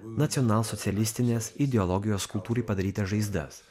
nacionalsocialistinės ideologijos kultūrai padarytas žaizdas